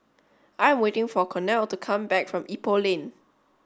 I am waiting for Cornel to come back from Ipoh Lane